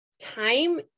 time